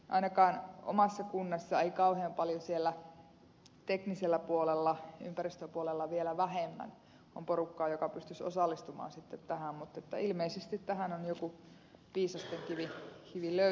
ainakaan omassa kunnassani ei kauhean paljon siellä teknisellä puolella ympäristöpuolella vielä vähemmän ole porukkaa joka pystyisi sitten osallistumaan tähän mutta ilmeisesti tähän on joku viisasten kivi löydetty